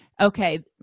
okay